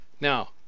Now